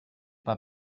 pas